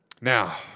Now